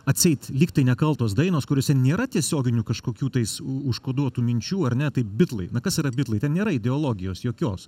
atseit lygtai nekaltos dainos kuriose nėra tiesioginių kažkokių tais užkoduotų minčių ar ne tai bitlai na kas yra bitlai ten nėra ideologijos jokios